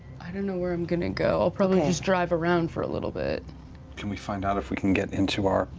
i don't know where i'm going to go. i'll probably just drive around for a little bit. taliesin can we find out if we can get into our